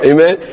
Amen